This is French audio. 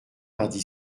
mardi